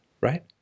right